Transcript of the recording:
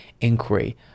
inquiry